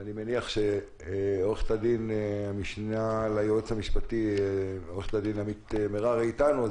ואני מניח שהמשנה ליועץ המשפטי עורכת הדין עמית מררי איתנו,